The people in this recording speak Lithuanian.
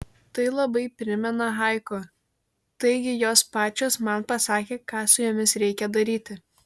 tai labai primena haiku taigi jos pačios man pasakė ką su jomis reikia daryti